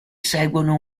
seguono